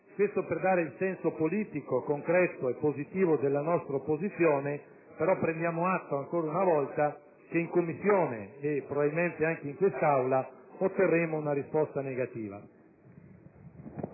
ciò per dare il senso politico, concreto e positivo della nostra opposizione. Prendiamo però atto, ancora una volta che, come in Commissione, probabilmente anche in quest'Aula otterremo una risposta negativa.